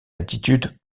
attitudes